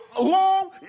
long